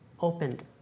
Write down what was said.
opened